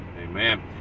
amen